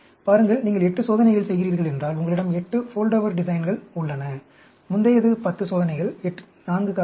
பாருங்கள் நீங்கள் 8 சோதனைகள் செய்கின்றீர்கள் என்றால் உங்களிடம் 8 ஃபோல்டோவர் டிசைன்கள் உள்ளன முந்தையது 10 சோதனைகள் 4 காரணிகள்